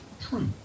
true